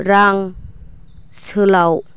रां सोलाव